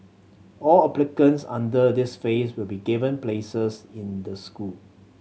all applicants under this phase will be given places in the school